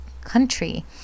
country